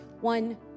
One